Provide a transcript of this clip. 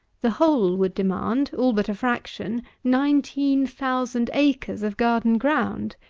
the whole would demand, all but a fraction, nineteen thousand acres of garden ground.